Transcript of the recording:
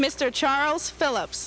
mr charles philips